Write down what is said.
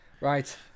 Right